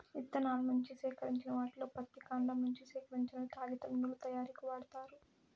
ఇత్తనాల నుంచి సేకరించిన వాటిలో పత్తి, కాండం నుంచి సేకరించినవి కాగితం, నూలు తయారీకు వాడతారు